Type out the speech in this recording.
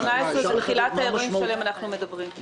זה תחילת האירועים עליהם אנחנו מדברים.